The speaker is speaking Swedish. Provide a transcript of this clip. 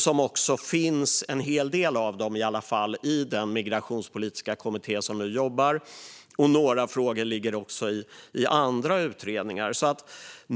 En hel del av dem finns i den migrationspolitiska kommitté som nu jobbar, och några frågor ligger i andra utredningar.